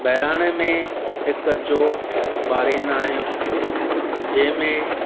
बहिराणे में हिकु जोति ॿारींदा आहियूं जंहिंमें